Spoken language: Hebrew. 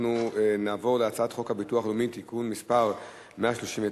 אנחנו נעבור להצעת חוק הביטוח הלאומי (תיקון מס' 139),